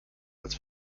als